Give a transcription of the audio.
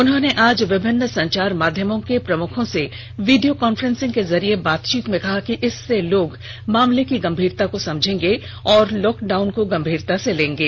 उन्होंने आज विभिन्न संचार माध्यमों के प्रमुखों से वीडियो काफ्रेंसिंग के जरिए बातचीत में कहा कि इससे लोग मामले की गंभीरता को समझेंगे और लॉकडाउन को गंभीरता से लेंगे